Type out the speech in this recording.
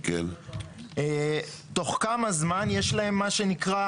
יש לה מה שנקרא